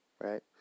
right